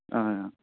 ꯑ